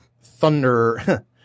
thunder